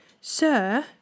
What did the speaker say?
Sir